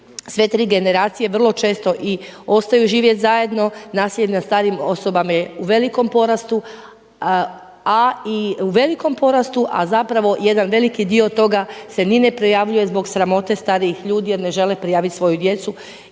sve tri generacije vrlo često i ostaju živjeti zajedno, nasilje nad starijim osobama je u velikom porastu, a i u velikom porastu, a zapravo jedan veliki dio toga si ne neprijavljuje zbog sramote starijih ljudi jer ne žele prijaviti svoju djecu